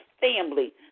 family